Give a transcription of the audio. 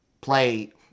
play